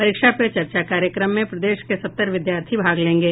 परीक्षा पे चर्चा कार्यक्रम में प्रदेश के सत्तर विद्यार्थी भाग लेंगे